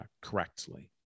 correctly